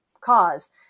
cause